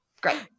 Great